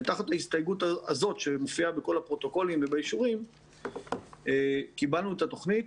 ותחת ההסתייגות הזאת שמופיעה בכל הפרוטוקולים קיבלנו את התוכנית.